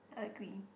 I agree